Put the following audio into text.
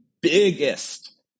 biggest